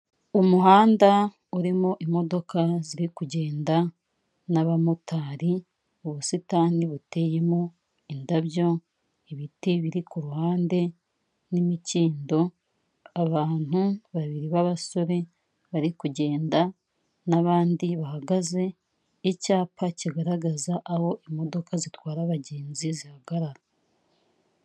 Umuhanda urimo imodoka ziri kugenda n'abamotari, ubusitani buteyemo indabyo, ibiti biri ku ruhande n'imikindo, abantu babiri b'abasore bari kugenda n'abandi bahagaze, icyapa kigaragaza aho imodoka zitwara abagenzi zihagarara.